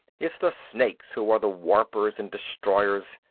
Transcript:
it's the snakes who are the warpers and destroyers.